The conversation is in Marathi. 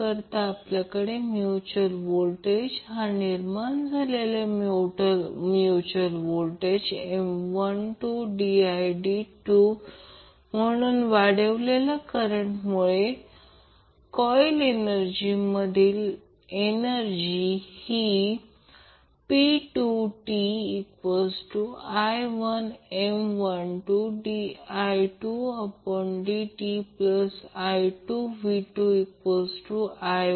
आता समीकरण 1 सोडवून याचा अर्थ मी समीकरण 1 किंवा समीकरण 2 म्हणण्याऐवजी मी समीकरण 2 असे म्हणेल आपल्याला समीकरण 2 हे समीकरण 1 वरून मिळाले म्हणून ω0 1√ मिळेल याचा अर्थ या समीकरणातून काय करायचे आहे तर या समीकरण 2 मधून ω0 शोधायचे आहे